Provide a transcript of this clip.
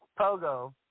Pogo